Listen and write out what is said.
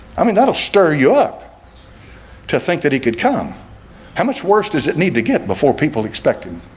i mean that'll stir you up to think that he could come how much worse does it need to get before people expect him